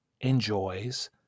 enjoys